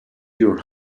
your